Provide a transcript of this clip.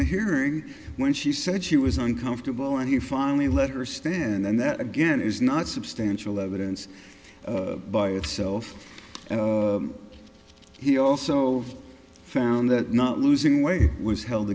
the hearing when she said she was uncomfortable and he finally let her stand and then that again is not substantial evidence by itself and he also found that not losing weight was held